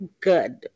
good